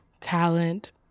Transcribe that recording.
talent